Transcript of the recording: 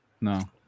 no